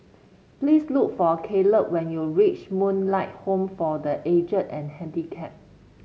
please look for Caleb when you reach Moonlight Home for The Aged and Handicapped